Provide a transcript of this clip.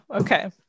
Okay